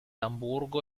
amburgo